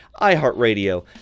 iHeartRadio